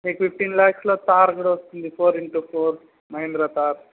మీకు ఫిఫ్టీన్ ల్యాక్స్లో కార్ కూడా వస్తుంది four into four Mahindra car